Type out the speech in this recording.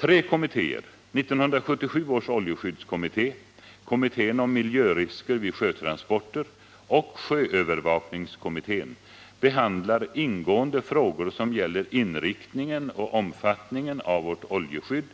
Tre kommittéer — 1977 års oljeskyddskommitté, kommittén om miljörisker vid sjötransporter och sjöövervakningskommittén — behandlar ingående frågor som gäller inriktningen och omfattningen av vårt oljeskydd